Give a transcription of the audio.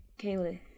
kayla